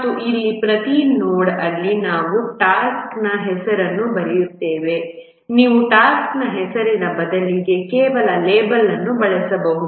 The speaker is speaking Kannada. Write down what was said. ಮತ್ತು ಇಲ್ಲಿ ಪ್ರತಿ ನೋಡ್ ಅಲ್ಲಿ ನಾವು ಟಾಸ್ಕ್ನ ಹೆಸರನ್ನು ಬರೆಯುತ್ತೇವೆ ನೀವು ಟಾಸ್ಕ್ನ ಹೆಸರಿನ ಬದಲಿಗೆ ಕೇವಲ ಲೇಬಲ್ ಅನ್ನು ಬಳಸಬಹುದು